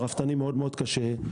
לרפתנים מאוד קשה.